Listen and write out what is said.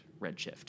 redshift